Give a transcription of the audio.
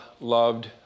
loved